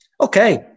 Okay